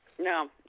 No